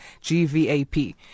GVAP